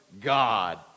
God